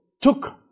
took